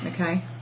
Okay